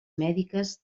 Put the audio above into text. mèdiques